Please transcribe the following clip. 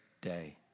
day